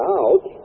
out